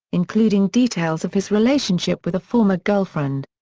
including details of his relationship with a former girlfriend.